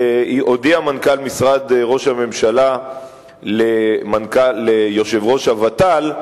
הודיע מנכ"ל משרד ראש הממשלה ליושב-ראש הוות"ל,